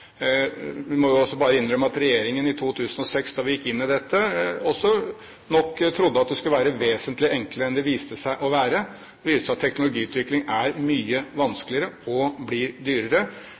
Vi må bare innrømme at regjeringen i 2006 – da vi gikk inn i dette – nok også trodde at det skulle være vesentlig enklere enn det viste seg å være, for teknologiutviklingen er mye vanskeligere og blir dyrere.